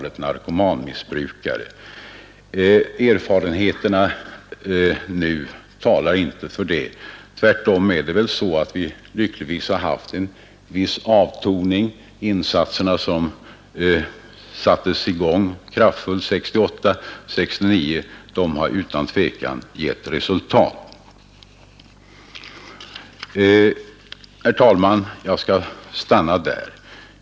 Erfarenheterna nu talar inte härför. Tvärtom har vi lyckligtvis haft en viss avtoning. De kraftfulla insatser som påbörjades 1968/69 har utan tvekan givit resultat. Herr talman! Jag skall stanna där.